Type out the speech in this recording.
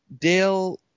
Dale